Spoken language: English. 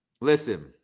listen